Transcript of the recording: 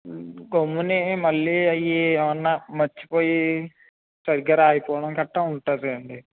గమ్ముని మళ్ళీ అవి ఏవన్నా మర్చిపోయి సరిగ్గా రాయకపోవడం గట్టా ఉంటుందండి